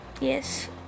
Yes